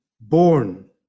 born